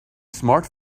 smart